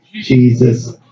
Jesus